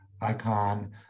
icon